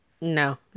No